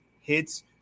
hits